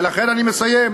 ולכן, אני מסיים,